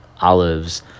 olives